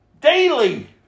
daily